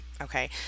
okay